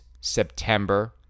September